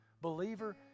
Believer